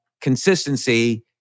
Consistency